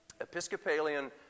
Episcopalian